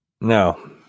No